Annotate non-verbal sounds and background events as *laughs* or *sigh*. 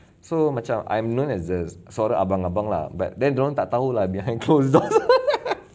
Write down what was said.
so macam I'm known as the suara abang-abang lah but then dia orang tak tahu lah they akan close all *laughs*